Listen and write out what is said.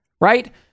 right